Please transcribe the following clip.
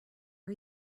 are